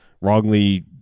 wrongly